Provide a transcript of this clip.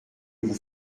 vous